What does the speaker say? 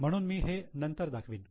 म्हणून मी हे नंतर दाखवीन